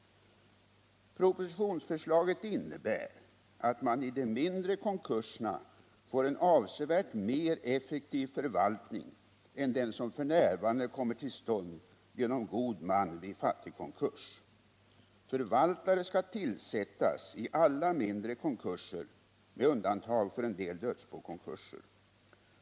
Propositionsförslaget innebär att man i de mindre konkurserna får en avsevärt mer effektiv förvaltning än den som f. n. kommer till stånd genom god man vid fattigkonkurs. Förvaltare skall tillsättas i alla mindre konkurser med undantag för en del dödsbokonkurser.